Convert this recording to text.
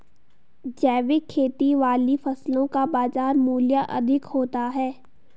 जैविक खेती वाली फसलों का बाजार मूल्य अधिक होता है